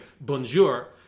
bonjour